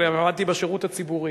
אבל עבדתי בשירות הציבורי,